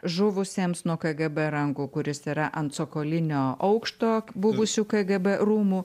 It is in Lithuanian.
žuvusiems nuo kgb rankų kuris yra ant cokolinio aukšto buvusių kgb rūmų